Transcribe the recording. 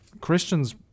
Christians